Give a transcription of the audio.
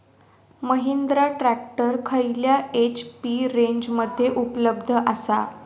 Mahindra tractor खयल्या HP रेंजमध्ये उपलब्ध आसा?